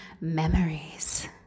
memories